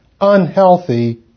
unhealthy